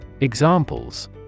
EXAMPLES